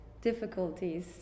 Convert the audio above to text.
difficulties